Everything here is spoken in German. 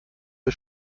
wir